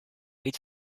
eight